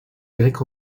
grec